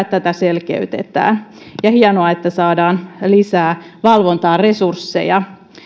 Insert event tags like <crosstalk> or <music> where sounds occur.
<unintelligible> tätä selkeytetään ja hienoa että saadaan lisää valvontaan resursseja